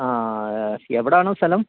ആ എവിടാണ് സ്ഥലം